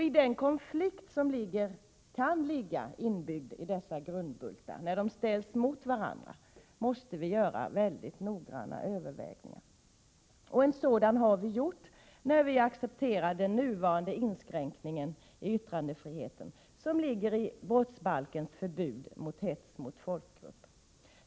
I den konflikt som kan ligga inbyggd i dessa två grundbultar — när de ställs mot varandra — måste vi göra noggranna avvägningar. En sådan avvägning har vi gjort när vi accepterat den nuvarande inskränkningen i yttrandefriheten som ligger i brottsbalkens förbud mot hets mot folkgrupp.